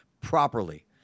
properly